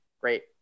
Great